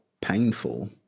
painful